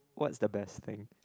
what's the best thing